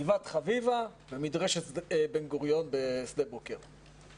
גבעת חביבה ומדרשת בן גוריון בשדה בוקר,